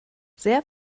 sehr